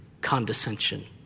condescension